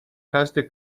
każdy